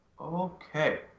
Okay